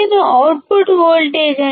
నేను output voltage VoR2R1Vi